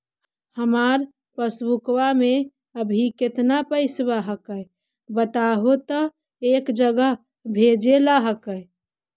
हमार पासबुकवा में अभी कितना पैसावा हक्काई बताहु तो एक जगह भेजेला हक्कई?